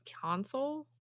console